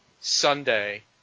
Sunday